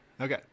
Okay